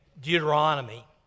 Deuteronomy